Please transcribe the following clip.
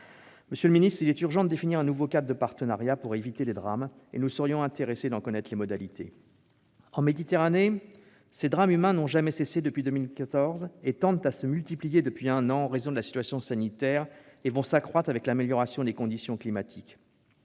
Monsieur le secrétaire d'État, il est urgent de définir un nouveau cadre de partenariat pour éviter les drames, et nous serions intéressés d'en connaître les modalités. En Méditerranée, ces drames humains n'ont jamais cessé depuis 2014. Ils tendent à se multiplier depuis un an en raison de la situation sanitaire et vont s'accroître avec l'amélioration des conditions climatiques.